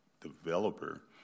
developer